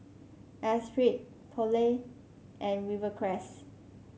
Esprit Poulet and Rivercrest